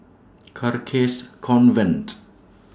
Carcasa Convent